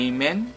Amen